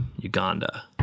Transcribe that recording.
Uganda